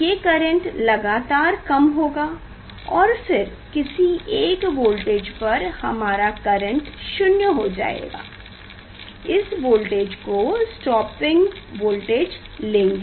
ये करेंट लगातार कम होगा और फिर किसी एक वोल्टेज पर हमारा करेंट शून्य हो जाएगा इस वोल्टेज को स्टॉपिंग वोल्टेज लेंगें